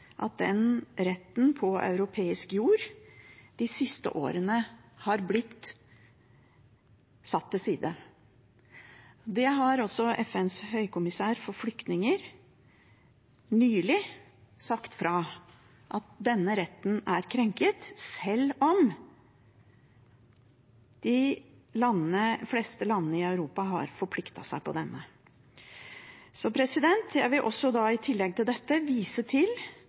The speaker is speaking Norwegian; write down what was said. at den retten de siste årene har blitt satt til side på europeisk jord. Det har også FNs høykommissær for flyktninger nylig sagt fra om, at denne retten er krenket, selv om de fleste landene i Europa har forpliktet seg på den. Jeg vil i tillegg til dette vise til